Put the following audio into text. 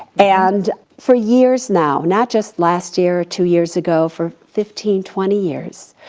and for years now, not just last year, or two years ago, for fifteen, twenty years,